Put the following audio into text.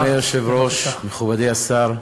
אדוני היושב-ראש, מכובדי השר,